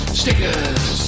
stickers